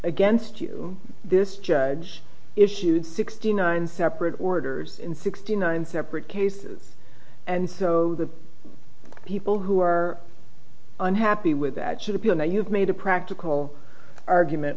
against you this judge issued sixty nine separate orders in sixty nine separate cases and so the people who are unhappy with that should appeal now you've made a practical argument